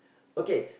okay